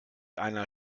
einer